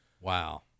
Wow